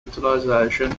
utilization